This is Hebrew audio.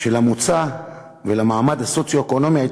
היא שלמוצא ולמעמד הסוציו-אקונומי היו